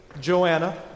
Joanna